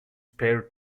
spare